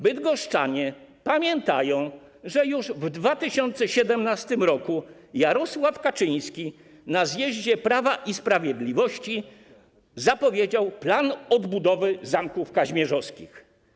Bydgoszczanie pamiętają, że już w 2017 r. Jarosław Kaczyński na zjeździe Prawa i Sprawiedliwości zapowiedział plan odbudowy zamków kazimierzowskich.